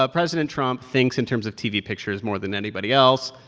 ah president trump thinks in terms of tv pictures more than anybody else.